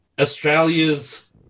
Australia's